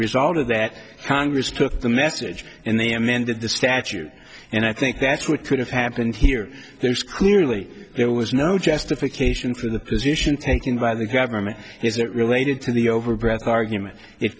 result of that congress took the message and they amended the statute and i think that's what could have happened here there's clearly there was no justification for the position taken by the government is that related to the overbred argument if